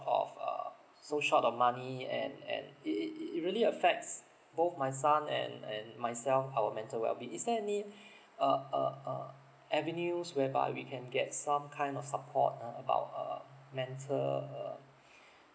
of uh so short of money and and it it it it really affects both my son and and myself our mental well being is there any uh uh uh avenues whereby we can get some kind of support ah about um mental um